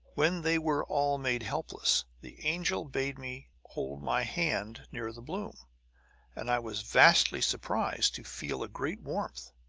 when they were all made helpless the angel bade me hold my hand near the bloom and i was vastly surprised to feel a great warmth.